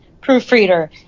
proofreader